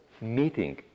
meeting